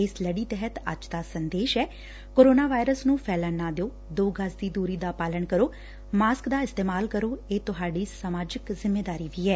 ਇਸ ਲੜੀ ਤਹਿਤ ੱੱਜ ਦਾ ਸੰਦੇਸ਼ ਏ ਕੋਰੋਨਾ ਵਾਇਰਸ ਨੂੰ ਫੈਲਣ ਨਾ ਦਿਓ ਦੋ ਗਜ਼ ਦੀ ਦੂਰੀ ਦਾ ਪਾਲਣ ਕਰੋ ਮਾਸਕ ਦਾ ਇਸਤੇਮਾਲ ਕਰੋ ਇਹ ਤੁਹਾਡੀ ਸਮਾਜਿਕ ਜਿੰਮੇਦਾਰੀ ਵੀ ਏ